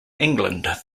england